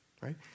right